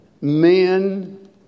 men